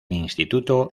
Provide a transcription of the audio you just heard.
instituto